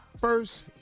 first